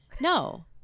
No